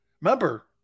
Remember